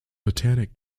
botanic